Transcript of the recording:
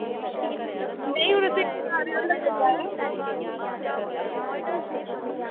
नेईं यरो डर गै लगदा यरो